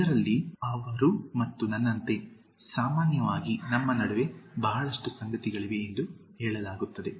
ಇದರಲ್ಲಿ ಅವಳು ಮತ್ತು ನನ್ನಂತೆ ಸಾಮಾನ್ಯವಾಗಿ ನಮ್ಮ ನಡುವೆ ಬಹಳಷ್ಟು ಸಂಗತಿಗಳಿವೆ ಎಂದು ಹೇಳಲಾಗುತ್ತದೆ